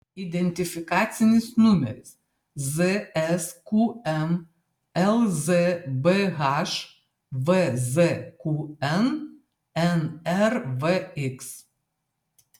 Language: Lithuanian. identifikacinis numeris zsqm lzbh vzqn nrvx